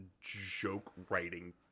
joke-writing